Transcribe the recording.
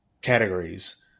categories